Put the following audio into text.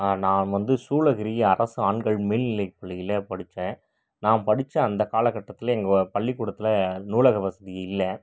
நான் வந்து சூளகிரி அரசு ஆண்கள் மேல்நிலைப் பள்ளியில் படித்தேன் நான் படித்த அந்த காலகட்டத்தில் எங்கள் பள்ளிக்கூடத்தில் நூலக வசதி இல்லை